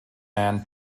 man